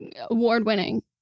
award-winning